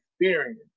experience